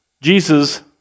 Jesus